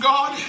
God